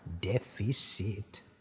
Deficit